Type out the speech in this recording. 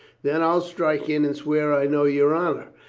then i'll strike in and swear i know your honor,